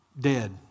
dead